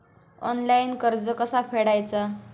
Online कर्ज कसा फेडायचा?